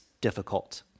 difficult